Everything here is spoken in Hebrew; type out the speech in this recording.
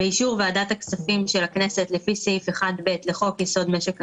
"ובאישור ועדת הכספים של הכנסת לפי סעיף 1(ב) לחוק יסוד משק המדינה,